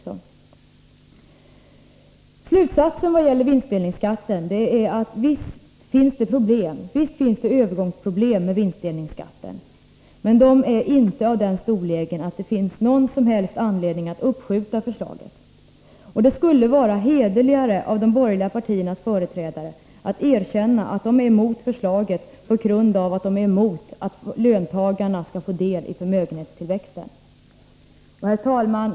Slutsatsen vad gäller vinstdelningsskatten är alltså att det visst finns problem — övergångsproblem — med vinstdelningsskatten, men de är inte av den storleken att det finns någon som helst anledning att uppskjuta förslaget. Det skulle vara hederligare av de borgerliga partiernas företrädare att erkänna att de är emot förslaget på grund av att de är emot att löntagarna skall få del i förmögenhetstillväxten. Herr talman!